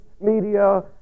media